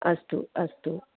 अस्तु अस्तु